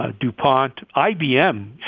ah dupont, ibm,